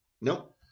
Nope